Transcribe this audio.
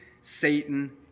Satan